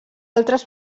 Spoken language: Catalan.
altres